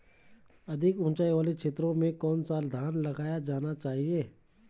अधिक उँचाई वाले क्षेत्रों में कौन सा धान लगाया जाना चाहिए?